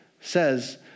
says